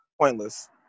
Pointless